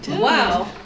Wow